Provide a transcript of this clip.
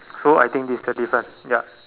so I think this is the difference ya